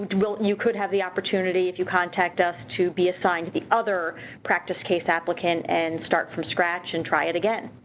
will you could have the opportunity if you contact us to be assigned to the other practice case applicant and start from scratch and try it again.